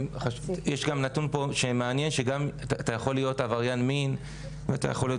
יש גם נתון מעניין שאתה יכול להיות עבריין מין ויכול להיות